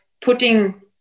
putting